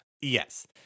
Yes